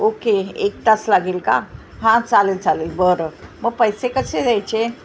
okay एक तास लागेल का हां चालेल चालेल बरं म पैसे कसे द्यायचे